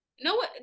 No